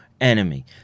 enemy